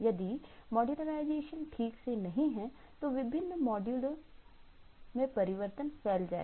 यदि मॉड्यूर्लाइज़ेशन ठीक से नहीं है तो विभिन्न मॉड्यूल में परिवर्तन फैल जाएगा